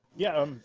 yeah,